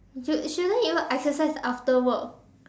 shou~ shouldn't you exercise after work